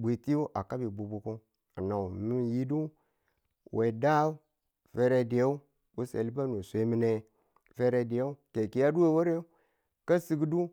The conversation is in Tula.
bwiti a kabi bukbuku we da ferediyang yo selibu no swe mine ka sigdu